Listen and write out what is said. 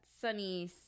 sunny